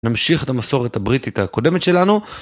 נמשיך את המסורת הבריטית הקודמת שלנו.